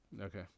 okay